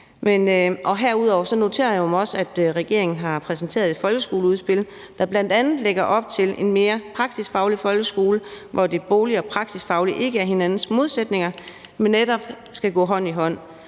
Herudover noterer jeg mig også, at regeringen har præsenteret et folkeskoleudspil, der bl.a. lægger op til en mere praksisfaglig folkeskole, hvor det boglige og praksisfaglige ikke er hinandens modsætninger, men netop skal gå hånd i hånd,